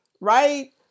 right